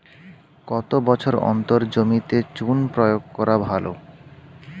কত বছর অন্তর জমিতে চুন প্রয়োগ করা ভালো?